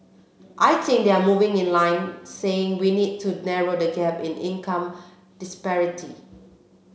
I think they are moving in line saying we need to narrow the gap in income disparity